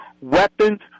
weapons